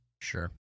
Sure